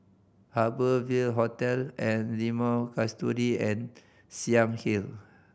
Harbour Ville Hotel and Limau Kasturi and Siang Hill